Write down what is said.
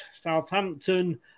Southampton